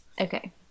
Okay